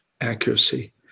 accuracy